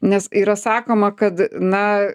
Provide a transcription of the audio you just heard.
nes yra sakoma kad na